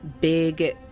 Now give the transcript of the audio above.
big